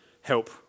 help